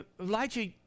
Elijah